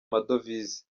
amadovize